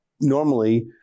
normally